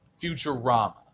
Futurama